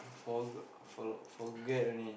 forgot for~ forget only